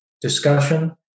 discussion